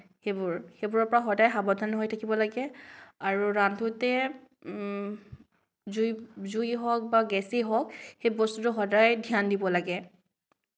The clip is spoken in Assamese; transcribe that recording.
সেইবোৰ সেইবোৰৰ পৰা সদায় সাৱধান হৈ থাকিব লাগে আৰু ৰান্ধোতে জুই জুই হওঁক বা গেছেই হওঁক সেই বস্তুটো সদায় ধ্যান দিব লাগে